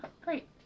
Great